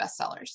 bestsellers